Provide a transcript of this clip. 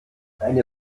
eine